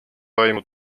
aimu